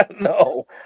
no